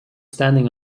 standing